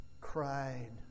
cried